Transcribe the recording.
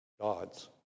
God's